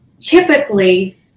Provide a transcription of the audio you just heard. typically